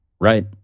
Right